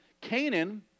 Canaan